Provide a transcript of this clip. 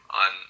on